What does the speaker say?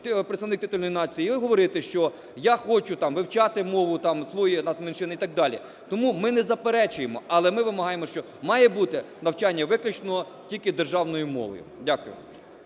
представник титульної нації, говорити, що я хочу вивчати мову своєї нацменшини і так далі. Тому ми не заперечуємо, але ми вимагаємо що має бути навчання виключно тільки державною мовою. Дякую.